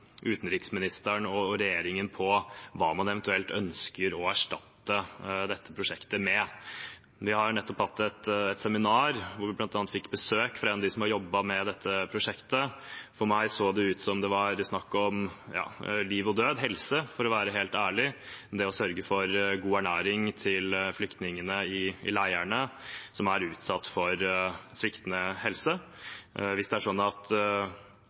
utenriksministeren og regjeringen på hva man eventuelt ønsker å erstatte dette prosjektet med. Vi har nettopp hatt et seminar hvor vi bl.a. fikk besøk av en som har jobbet med dette prosjektet. For meg så det ut som det var snakk om liv, død og helse – for å være helt ærlig. Det å sørge for god ernæring til flyktningene i leirene som er utsatt for sviktende helse, ved å opprettholde eller få på plass dette prosjektet igjen, mener jeg er